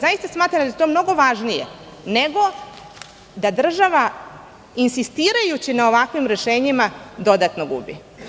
Zaista smatram da je to mnogo važnije nego da država insistirajući na ovakvim rešenjima dodatno gubi.